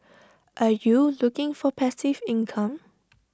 are you looking for passive income